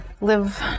live